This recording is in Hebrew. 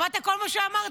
שמעת כל מה שאמרתי?